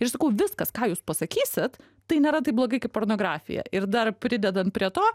ir sakau viskas ką jūs pasakysit tai nėra taip blogai kaip pornografija ir dar pridedant prie to